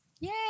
yay